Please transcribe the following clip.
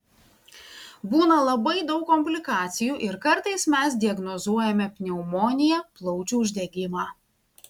būna labai daug komplikacijų ir kartais mes diagnozuojame pneumoniją plaučių uždegimą